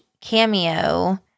cameo